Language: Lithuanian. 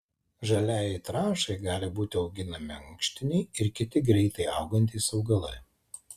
žaliajai trąšai gali būti auginami ankštiniai ir kiti greitai augantys augalai